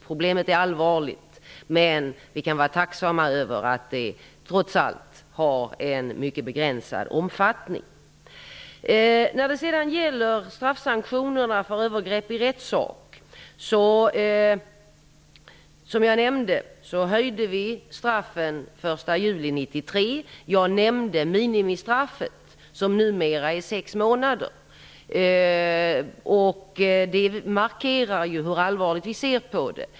Problemet är allvarligt, men vi kan vara tacksamma över att det trots allt har en mycket begränsad omfattning. När det gäller straffsanktionerna för övergrepp i rättssak nämnde jag att vi höjde straffen den 1 juli 1993. Jag nämnde minimistraffet, som numera är sex månaders fängelse. Det markerar hur allvarligt vi ser på detta.